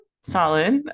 Solid